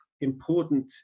important